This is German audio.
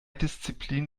disziplinen